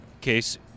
case